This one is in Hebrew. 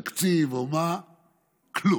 תקציב או מה, כלום.